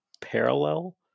parallel